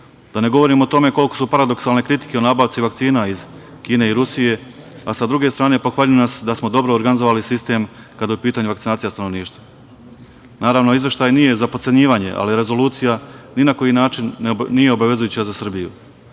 Da ne govorim o tome koliko su paradoksalne kritike u nabavci vakcina, iz Kine i Rusije, a sa druge strane pohvaljuju nas da smo dobro organizovali sistem, kada je u pitanju vakcinacija stanovništva. Naravno, izveštaj nije za potcenjivanje, ali rezolucija ni na koji način nije obavezujuća za Srbiju.